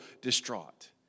distraught